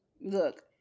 Look